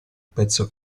pezzo